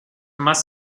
más